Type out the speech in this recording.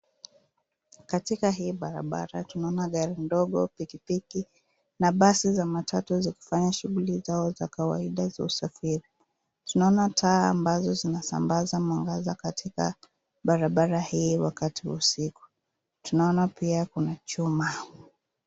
Katika hii barabara tunaona gari ndogo, pikipiki na basi za matatu zikifanya shughuli zao za kawaida za usafiri. Tunaona taa ambazo zinasambaza mwangaza katika barabara hii wakati wa usiku. Tunaona pia kuna chuma.